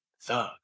thug